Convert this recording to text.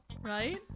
right